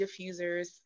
diffusers